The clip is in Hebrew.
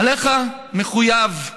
עליך המחויבות,